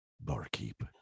Barkeep